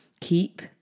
keep